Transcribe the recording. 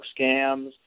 scams